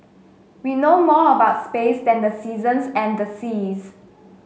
we know more about space than the seasons and the seas